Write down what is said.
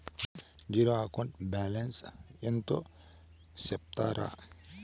నా zero account balance ఎంతో సెప్తారా?